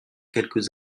quelques